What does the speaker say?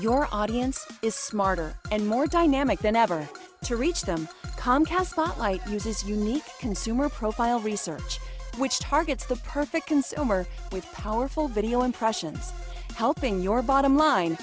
your audience is smarter and more dynamic than ever to reach them comcast spotlight uses unique consumer profile research which targets the perfect consumer with powerful video impressions helping your bottom line